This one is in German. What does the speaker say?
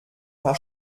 paar